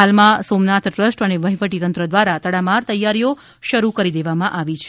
હાલમાં સોમનાથ ટ્રસ્ટ અને વહીવટી તંત્ર દ્વારા તડામાર તૈયારીઓ શરૂ કરી દેવામાં આવી છે